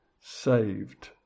saved